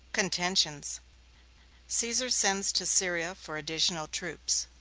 contentions caesar sends to syria for additional troops.